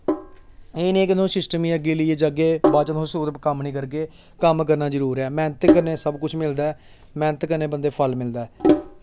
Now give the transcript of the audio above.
एह् निं ऐ कि में उस सिस्टम गी अग्गें लेइयै जाह्गे बाद च तुस उस 'र कम्म निं करगे कम्म करना जरूरी ऐ मैह्नत कन्नै सब कुछ मिलदा ऐ मैह्नत कन्नै बंदे ई फल मिलदा ऐ